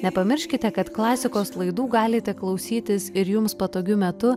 nepamirškite kad klasikos laidų galite klausytis ir jums patogiu metu